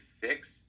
fix